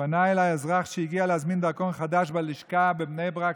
פנה אליי אזרח שהגיע להזמין דרכון חדש בלשכה בבני ברק,